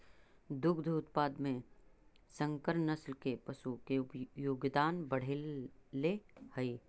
दुग्ध उत्पादन में संकर नस्ल के पशु के योगदान बढ़ले हइ